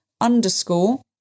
underscore